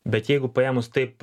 bet jeigu paėmus taip